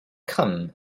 come